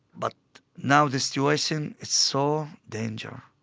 but now the situation, it's so danger.